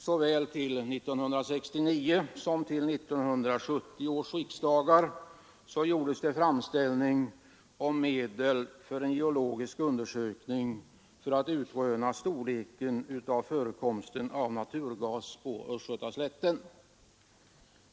Såväl till 1969 som till 1970 års riksdagar gjordes framställningar om medel för en geologisk undersökning för att utröna storleken av förekomsten av naturgas på Östgötaslätten.